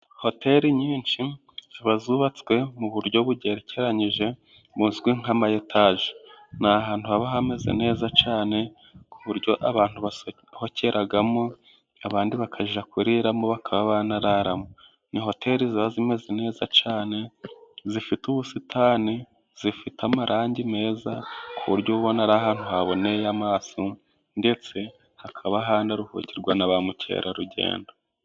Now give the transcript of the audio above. Hoteli nyinshi ziba zubatswe mu buryo bugerekeranye, buzwi nk'amayetaje, ni ahantu haba hameze neza cyane ku buryo abantu basohokeramo abandi bakajya kuriramo bakaba banararamo, ni hoteli ziba zimeze neza cyane zifite ubusitani, zifite amarangi meza ku buryo ubona ari ahantu haboneye amaso ndetse, hakaba hanaruhukirwa na ba mukerarugendo.